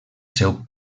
seu